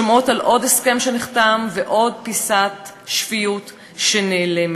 שומעות על עוד הסכם שנחתם ועוד פיסת שפיות שנעלמת,